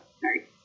sorry